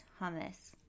hummus